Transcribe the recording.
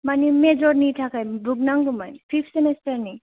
मानि मेजरनि थाखाय बुक नांगौमोन पिप्ट सेमेस्टारनि